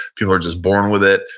people are just born with it.